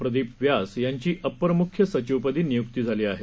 प्रदीप व्यास यांची अपर मुख्य सचिवपदी नियुक्ती झाली आहे